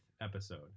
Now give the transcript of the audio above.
episode